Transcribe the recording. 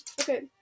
Okay